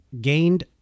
Gained